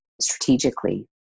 strategically